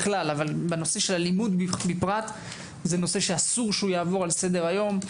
הנושא של האלימות אסור שהוא יעבור לסדר היום.